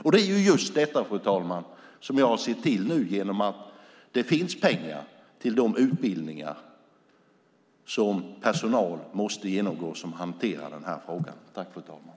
Och det är just detta, fru talman, som jag nu har sett till genom att det finns pengar till de utbildningar som personal som hanterar detta måste genomgå.